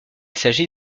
s’agit